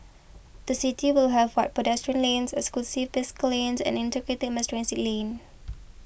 the city will have wide pedestrian lanes exclusive bicycle lanes and integrated mass transit lane